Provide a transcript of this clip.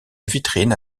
vitrine